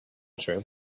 true